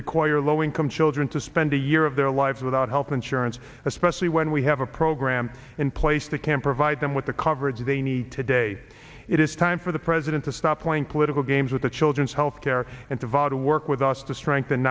require low income children to spend a year of their lives without health insurance especially when we have a program in place that can provide them with the coverage they need today it is time for the president to stop point political games with the children's health care and deval to work with us to strengthen